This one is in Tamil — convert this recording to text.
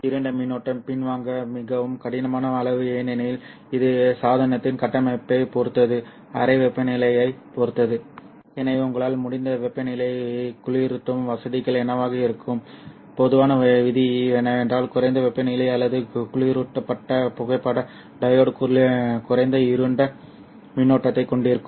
இருண்ட மின்னோட்டம் பின்வாங்க மிகவும் கடினமான அளவு ஏனெனில் இது சாதனத்தின் கட்டமைப்பைப் பொறுத்தது அறை வெப்பநிலையைப் பொறுத்தது எனவே உங்களால் முடிந்த வெப்பநிலை குளிரூட்டும் வசதிகள் என்னவாக இருக்கும் பொதுவான விதி என்னவென்றால் குறைந்த வெப்பநிலை அல்லது குளிரூட்டப்பட்ட புகைப்பட டையோடு குறைந்த இருண்ட மின்னோட்டத்தைக் கொண்டிருக்கும்